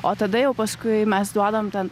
o tada jau paskui mes duodam ten